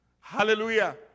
Hallelujah